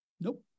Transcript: Nope